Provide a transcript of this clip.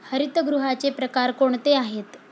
हरितगृहाचे प्रकार कोणते आहेत?